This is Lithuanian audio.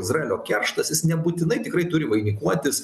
izraelio kerštas jis nebūtinai tikrai turi vainikuotis